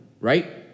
right